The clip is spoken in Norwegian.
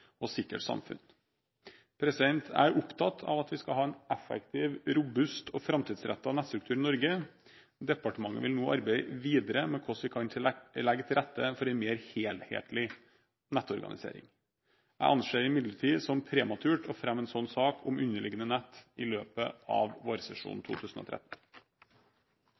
og sikkert samfunn. Jeg er opptatt av at vi skal ha en effektiv, robust og framtidsrettet nettstruktur i Norge. Departementet vil nå arbeide videre med hvordan vi kan legge til rette for en mer helhetlig nettorganisering. Jeg anser det imidlertid som prematurt å fremme en sak om underliggende nett i løpet av vårsesjonen 2013.